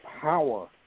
power